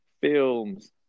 films